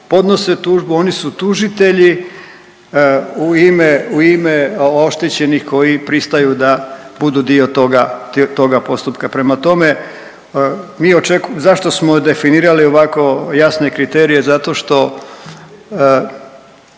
podnose tužbu, oni su tužitelji u ime oštećenih koji pristaju da budu dio toga postupka. Prema tome, mi očekujemo, zašto smo definirali ovako jasne kriterije? Zato što